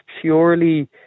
purely